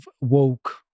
woke